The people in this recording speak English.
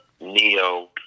Neo